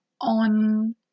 on